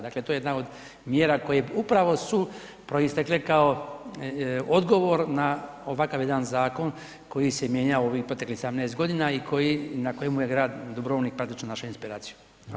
Dakle, to je jedna od mjera koje upravo su proistekle kao odgovor na ovakav jedan zakon koji se mijenjao u ovih proteklih 18.g. i na kojemu je grad Dubrovnik praktično našao inspiraciju.